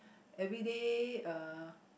everyday uh